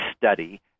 study